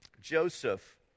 Joseph